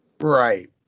Right